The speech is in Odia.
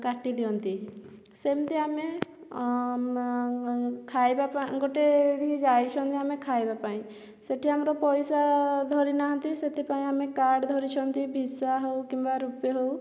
କାଟିଦିଅନ୍ତି ସେମିତି ଆମେ ଖାଇବା ଗୋଟେ ଏଇଠିକି ଯାଉଛନ୍ତି ଆମେ ଖାଇବାପାଇଁ ସେଠି ଆମର ପଇସା ଧରିନାହାଁନ୍ତି ସେଥିପାଇଁ ଆମେ କାର୍ଡ଼ ଧରିଛନ୍ତି ଭିସା ହଉ କିମ୍ବା ରୁପେ ହଉ